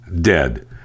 dead